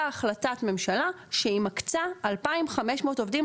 החלטת ממשלה שהיא מקצה 2,500 עובדים,